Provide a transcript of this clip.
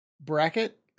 bracket